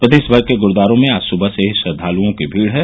प्रदेश भर के गुरूद्वारों में आज सुबह से ही श्रद्वालुओं की भीड है